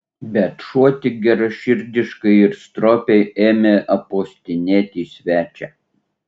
bet šuo tik geraširdiškai ir stropiai ėmė apuostinėti svečią